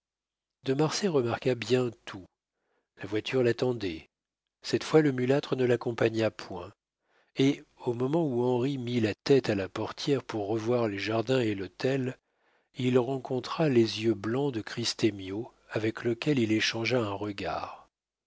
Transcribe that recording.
remarqua bien tout la voiture l'attendait cette fois le mulâtre ne l'accompagna point et au moment où henri mit la tête à la portière pour revoir les jardins et l'hôtel il rencontra les yeux blancs de christemio avec lequel il échangea un regard